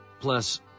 plus